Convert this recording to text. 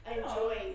enjoy